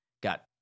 got